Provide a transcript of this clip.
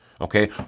okay